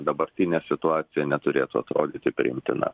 dabartinė situacija neturėtų atrodyti priimtina